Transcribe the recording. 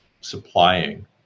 supplying